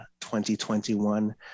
2021